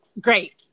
great